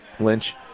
Lynch